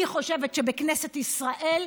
אני חושבת שבכנסת ישראל,